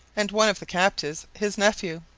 and one of the captives his nephew.